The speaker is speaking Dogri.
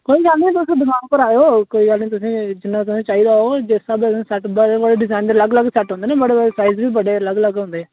कोई गल्ल नीं तुस दकान पर आएओ कोई गल्ल नीं तुसें जि'न्ना तुसेंगी चाहिदा होग जेह्ड़े स्हाबै दा सेट बनाई देंग बड़े बड़े डिजाइन दे बड्डे अलग अलग सेट होंदे नीं बड्डे बड्ड साइज दे बड्डे अलग अलग होंदे